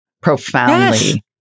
profoundly